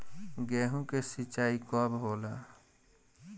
गेहूं के सिंचाई कब होला?